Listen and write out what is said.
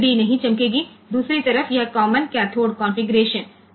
જેથી ત્યાં આ LED બીજી તરફ આ કોમન કેથોડ કન્ફિગ્યુરેશન માં ગ્લો ન થાય